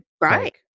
Right